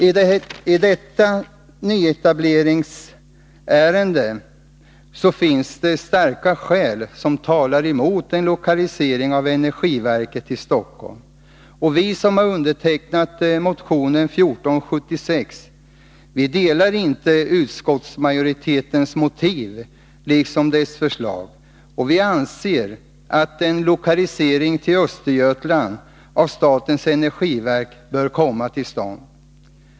I det nu aktuella nyetableringsärendet finns det starka skäl som talar mot en lokalisering av energiverket till Stockholm. Vi som har undertecknat motionen 1476 ansluter oss inte till utskottsmajoritetens argumentering och förslag, och vi anser att en lokalisering till Östergötland av statens energiverk bör komma till stånd.